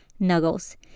Nuggles